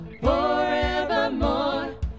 Forevermore